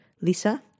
Lisa